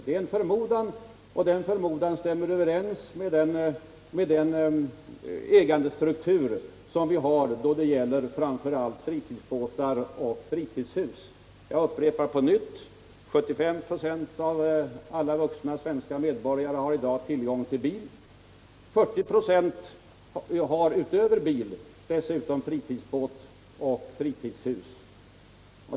Denna förmodan stämmer väl överens med den syn på enskilt sparande och ägande som vi har. Jag upprepar att 75 75 av alla vuxna svenska medborgare i dag har tillgång till bil samt att 40 "+ utöver bil har fritidsbåt och fritidshus.